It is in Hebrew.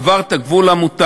עבר את הגבול המותר.